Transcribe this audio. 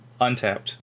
untapped